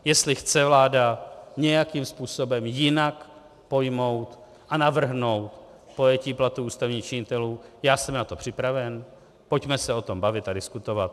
Jestli chce vláda nějakým způsobem jinak pojmout a navrhnout pojetí platů ústavních činitelů, já jsem na to připraven, pojďme se o tom bavit a diskutovat.